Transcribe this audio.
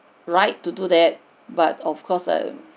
right to do that but of course err